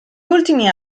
ultimi